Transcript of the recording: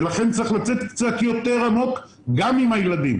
לכן צריך לצאת קצת יותר עמוק גם עם הילדים.